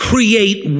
create